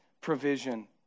provision